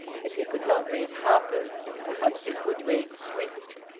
if he could not read harper's, perhaps he could read swift.